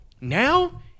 Now